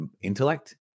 intellect